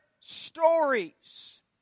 stories